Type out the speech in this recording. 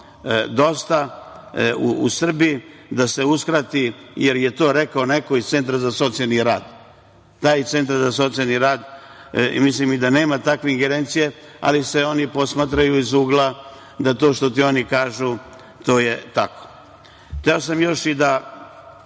dosta u Srbiji, da se uskrati, jer je to rekao neko iz centra za socijalni rad. Taj centar za socijalni rad mislim i da nema takve ingerencije, ali se oni posmatraju iz ugla da to što ti oni kažu, to je tako. Hteo sam još i da